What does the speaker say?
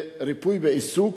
בריפוי בעיסוק,